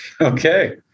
Okay